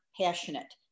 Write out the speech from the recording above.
passionate